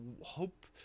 hope